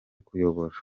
kuyobora